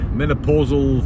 menopausal